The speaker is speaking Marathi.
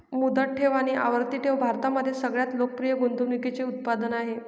मुदत ठेव आणि आवर्ती ठेव भारतामध्ये सगळ्यात लोकप्रिय गुंतवणूकीचे उत्पादन आहे